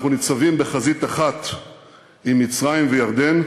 אנחנו ניצבים בחזית אחת עם מצרים וירדן,